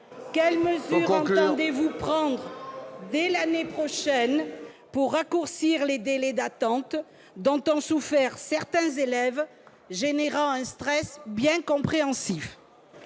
Quelles mesures entendez-vous prendre dès l'année prochaine pour raccourcir les délais d'attente dont ont souffert certains élèves, engendrant un stress bien compréhensible